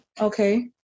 Okay